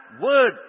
word